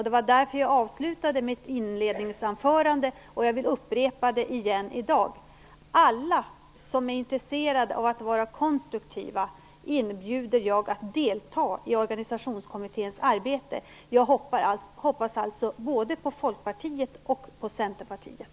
Det var därför jag avslutade mitt inledningsanförande på det sätt jag gjorde, och jag vill upprepa det igen: Alla som är intresserade av att vara konstruktiva inbjuder jag att delta i organisationskommitténs arbete. Jag hoppas alltså både på Folkpartiet och på Centerpartiet.